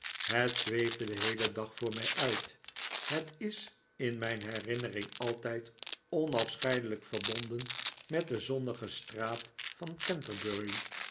het zweefde den heelen dag voor mij uit het is in mijn herinnering altijd onafscheidelijk verbonden met de zonnige straat van